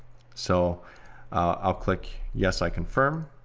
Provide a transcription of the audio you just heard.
so i'll click, yes, i confirm.